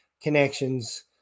connections